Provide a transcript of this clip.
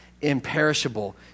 imperishable